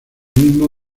mismo